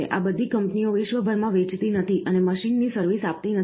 આ બધી કંપનીઓ વિશ્વભરમાં વેચતી નથી અને મશીનની સર્વિસ આપતી નથી